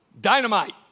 dynamite